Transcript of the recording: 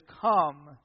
Come